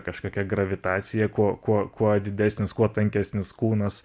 kažkokia gravitacija kuo kuo kuo didesnis kuo tankesnis kūnas